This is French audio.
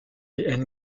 les